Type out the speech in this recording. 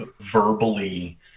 verbally